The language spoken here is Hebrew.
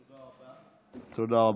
תודה רבה.